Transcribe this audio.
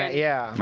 ah yeah.